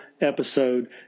episode